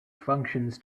functions